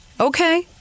Okay